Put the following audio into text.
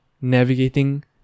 navigating